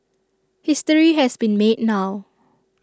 history has been made now